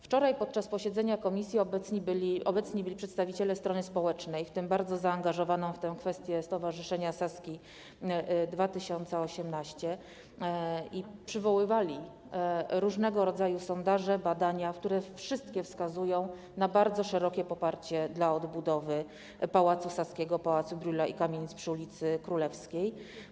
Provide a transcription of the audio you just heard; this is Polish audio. Wczoraj podczas posiedzenia komisji obecni byli przedstawiciele strony społecznej, w tym bardzo zaangażowanego w tę kwestię stowarzyszenia Saski 2018, i przywoływali różnego rodzaju sondaże, badania, które - wszystkie - wskazują na bardzo szerokie poparcie dla odbudowy Pałacu Saskiego, Pałacu Brühla i kamienic przy ul. Królewskiej.